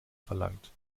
verlangt